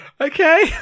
Okay